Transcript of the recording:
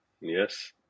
Yes